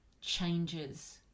changes